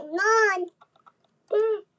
mom